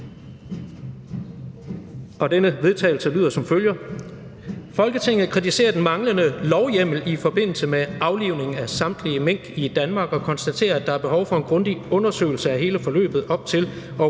»Folketinget kritiserer den manglende lovhjemmel i forbindelse med aflivning af samtlige mink i Danmark og konstaterer, at der er behov for en grundig undersøgelse af hele forløbet op til